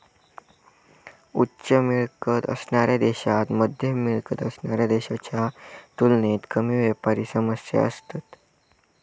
उच्च मिळकत असणाऱ्या देशांत मध्यम मिळकत असणाऱ्या देशांच्या तुलनेत कमी व्यापारी समस्या असतत